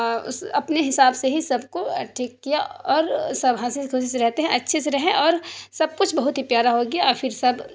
اس اپنے حساب سے ہی سب کو ٹھیک کیا اور سب ہنسی خوشی سے رہتے ہیں اچھے سے رہیں اور سب کچھ بہت ہی پیارا ہو گیا اور پھر سب